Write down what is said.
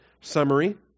summary